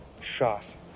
shot